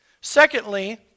Secondly